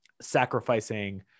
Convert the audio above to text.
sacrificing